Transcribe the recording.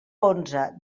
onze